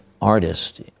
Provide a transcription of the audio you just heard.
artist